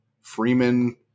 Freeman